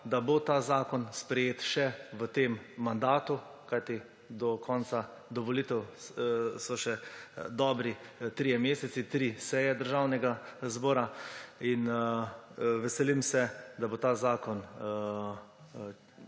da bo ta zakon sprejet še v tem mandatu, kajti do volitev so še dobri trije meseci, tri seje Državnega zbora. Veselim se, da bo ta zakon